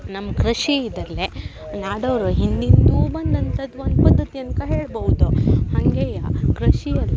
ನಮ್ಮ ಕೃಷಿ ಇದ್ದಲ್ಲಿ ನಾಡವ್ರು ಹಿಂದಿಂದ್ಲೂ ಬಂದಂಥದ್ದು ಒಂದು ಪದ್ಧತಿ ಅನ್ಕ ಹೇಳ್ಬೌದು ಹಂಗೆಯೇ ಕೃಷಿ ಅಲ್ಲಿ